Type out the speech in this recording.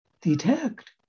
detect